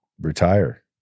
retire